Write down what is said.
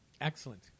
Excellent